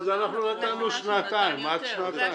נתנו עד שנתיים.